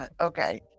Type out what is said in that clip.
Okay